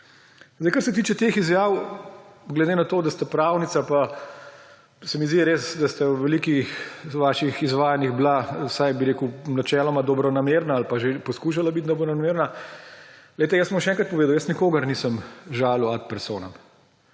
Kar se tiče teh izjav, glede na to, da ste pravnica in se mi zdi res, da ste v velikih vaših izvajanjih bili načeloma dobronamerni ali pa poskušali biti dobronamerni. Jaz bom še enkrat povedal, jaz nikogar nisem žalil ad personam,